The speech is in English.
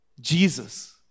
Jesus